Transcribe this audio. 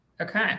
Okay